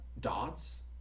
Dots